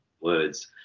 words